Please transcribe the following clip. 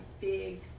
big